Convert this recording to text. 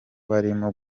barimo